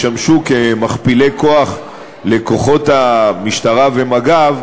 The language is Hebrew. והם ישמשו כמכפילי כוח לכוחות המשטרה ומג"ב,